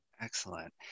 Excellent